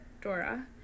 Dora